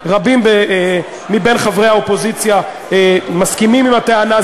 רבים מחברי האופוזיציה מסכימים עם הטענה.